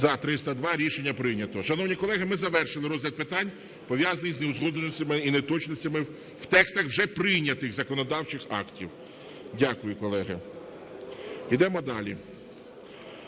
За-302 Рішення прийнято. Шановні колеги, ми завершили розгляд питань, пов'язаних з неузгодженостями і неточностями в текстах вже прийнятих законодавчих актів. Дякую, колеги. Йдемо далі.